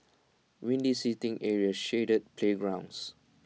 windy seating areas shaded playgrounds